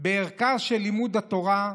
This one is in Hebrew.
לערכו של לימוד התורה,